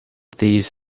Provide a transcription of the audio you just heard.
thieves